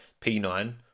P9